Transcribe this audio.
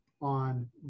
on